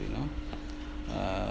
you know uh